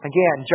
Again